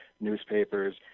newspapers